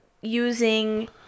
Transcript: using